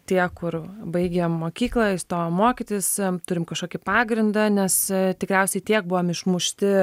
tie kur baigėm mokyklą įstojom mokytis turim kažkokį pagrindą nes tikriausiai tiek buvom išmušti